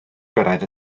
gyrraedd